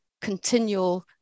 continual